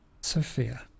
Sophia